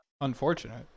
Unfortunate